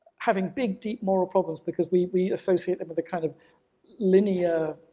having big, deep moral problems because we we associate it with a kind of linear,